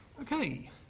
Okay